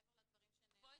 מעבר לדברים שנאמרו,